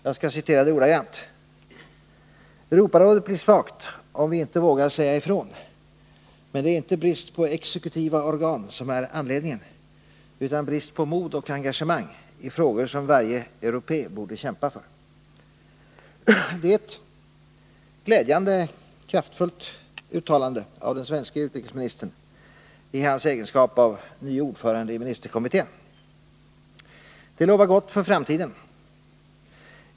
Jag skall citera det ordagrant: ”Europarådet blir svagt om vi inte vågar säga ifrån, men det är inte brist på exekutiva organ som är anledningen, utan brist på mod och engagemang i frågor som varje europé borde kämpa för.” Det är ett glädjande kraftfullt uttalande av den svenske utrikesministern i hans egenskap av ny ordförande i ministerkommittén. Det lovar gott för framtiden.